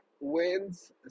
wins